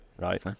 right